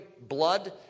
blood